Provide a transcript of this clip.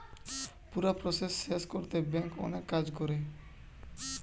পুরা প্রসেস শেষ কোরতে ব্যাংক অনেক কাজ করে